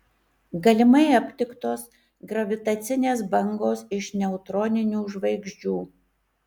galimai aptiktos gravitacinės bangos iš neutroninių žvaigždžių